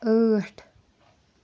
ٲٹھ